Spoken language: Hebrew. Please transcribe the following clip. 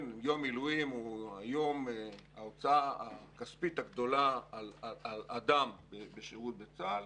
יום מילואים הוא ההוצאה הכספית הגדולה על אדם בשירות בצה"ל.